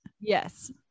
Yes